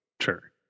Sure